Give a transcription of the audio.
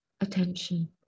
attention